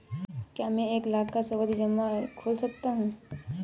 क्या मैं एक लाख का सावधि जमा खोल सकता हूँ?